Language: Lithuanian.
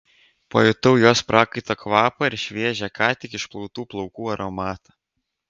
pajutau jos prakaito kvapą ir šviežią ką tik išplautų plaukų aromatą